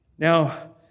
Now